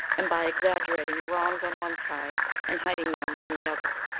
and by exaggerating the wrongs on one side and hiding them on the other.